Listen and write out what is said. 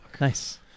Nice